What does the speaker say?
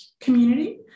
community